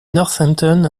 northampton